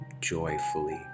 joyfully